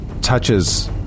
touches